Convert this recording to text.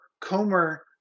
Comer